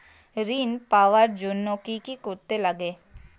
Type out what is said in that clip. ঋণ পাওয়ার জন্য কি কি করতে লাগে?